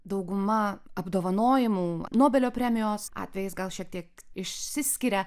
dauguma apdovanojimų nobelio premijos atvejis gal šiek tiek išsiskiria